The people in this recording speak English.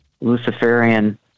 luciferian